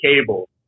cable